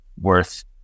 worth